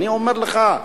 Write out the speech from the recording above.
אני אומר לך,